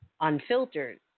Unfiltered